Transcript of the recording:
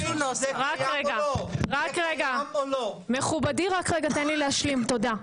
רק רגע, מכבודי רק רגע, תן לי להשלים, תודה.